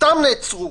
סתם נעצרו.